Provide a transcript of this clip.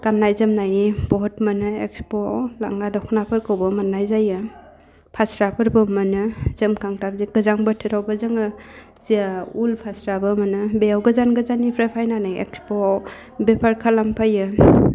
गान्नाय जोमनायनि बुहुत मोनो इक्सप'वाव लांगा दख'नाफोरखौबो मोननाय जायो फास्राफोरबो मोनो जोमखांग्रा गोजां बोथोरावबो जोङो जिया उल फास्राबो मोनो बेयाव गोजान गोजाननिफ्राय फैनानै इक्सप'वाव बेफार खालाम फैयो